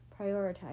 Prioritize